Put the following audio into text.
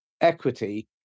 equity